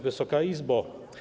Wysoka Izbo!